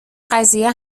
قضیه